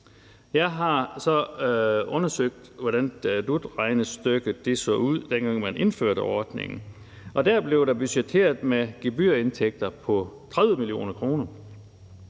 Jeg har så undersøgt, hvordan dut-regnestykket så ud, dengang man indførte ordningen. Der blev der budgetteret med gebyrindtægter på 30 mio. kr.